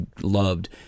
loved